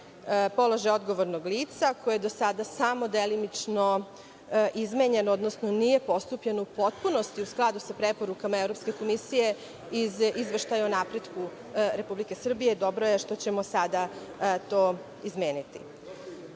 položaja odgovornog lica koje do sada delimično izmenjen, odnosno nije postupljen u potpunosti u skladu sa preporukama Evropske komisije iz Izveštaja o napretku Republike Srbije. Dobro je što ćemo sada to izmeniti. Nadalje,